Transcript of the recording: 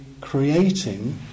creating